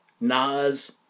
Nas